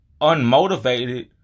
unmotivated